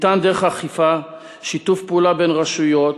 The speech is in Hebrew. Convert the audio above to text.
אפשר דרך אכיפה, שיתוף פעולה בין רשויות,